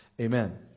amen